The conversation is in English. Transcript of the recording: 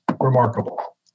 remarkable